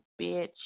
bitch